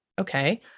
Okay